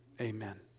amen